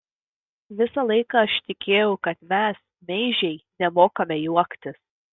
visą laiką aš tikėjau kad mes meižiai nemokame juoktis